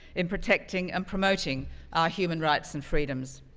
in protecting and promoting our human rights and freedoms.